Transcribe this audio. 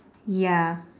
ya